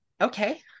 okay